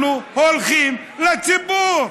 אנחנו הולכים לציבור.